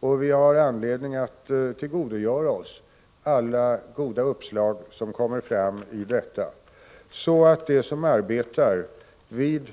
och vi har anledning att tillgodogöra oss alla goda uppslag som kommer fram i den, så att de som arbetar vid